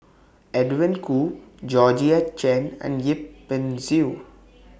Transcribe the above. Edwin Koo Georgette Chen and Yip Pin Xiu